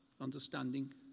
understanding